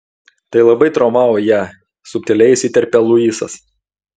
tai labai traumavo ją subtiliai įsiterpia luisas